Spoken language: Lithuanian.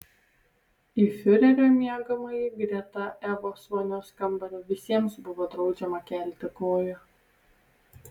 į fiurerio miegamąjį greta evos vonios kambario visiems buvo draudžiama kelti koją